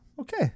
Okay